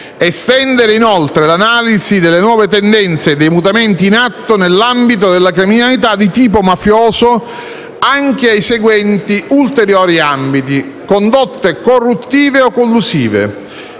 estendere l'analisi delle nuove tendenze dei mutamenti in atto nell'ambito della criminalità di tipo mafioso anche ai seguenti ulteriori ambiti: condotte corruttive o collusive;